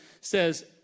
says